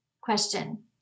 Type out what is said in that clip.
Question